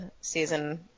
season